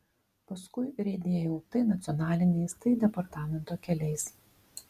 paskui riedėjau tai nacionaliniais tai departamento keliais